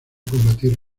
combatir